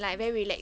okay